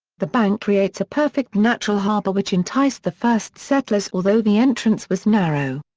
the bank creates a perfect natural harbour which enticed the first settlers although the entrance was narrow.